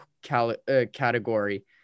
category